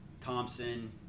Thompson